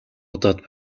удаад